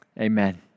Amen